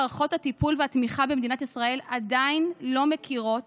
מערכות הטיפול והתמיכה במדינת ישראל עדיין לא מכירות